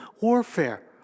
warfare